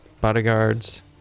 bodyguard's